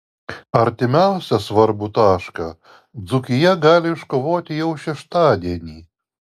artimiausią svarbų tašką dzūkija gali iškovoti jau šeštadienį